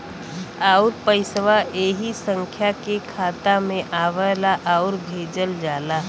आउर पइसवा ऐही संख्या के खाता मे आवला आउर भेजल जाला